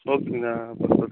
ஓகேங்க நான் பார்த்துக்குறேன்